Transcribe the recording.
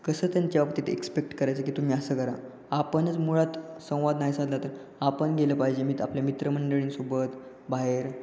कसं त्यांच्या बाबतीत एक्सपेक्ट करायचं की तुम्ही असं करा आपणच मुळात संवाद नाही साधला तर आपण गेलं पाहिजे मी तर आपल्या मित्रमंडळींसोबत बाहेर